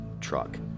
truck